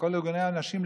לכל ארגוני הנשים,